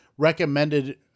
recommended